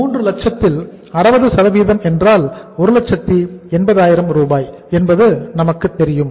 3 லட்சத்தில் 60 என்றால் 180000 ரூபாய் என்பது நமக்குத் தெரியும்